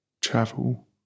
travel